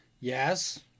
Yes